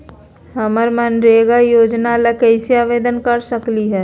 हम मनरेगा योजना ला कैसे आवेदन कर सकली हई?